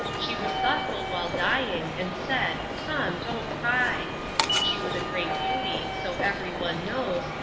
she was thoughtful while dying, and said tom, don't cry she was a great beauty, so every one knows,